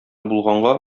булганга